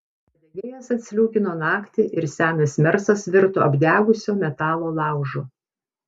padegėjas atsliūkino naktį ir senas mersas virto apdegusio metalo laužu